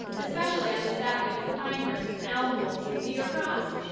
especially on this avenue of pinehursts and elmwolds and cedarcrofts?